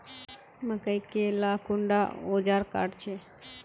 मकई के ला कुंडा ओजार काट छै?